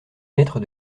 maître